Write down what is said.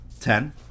Ten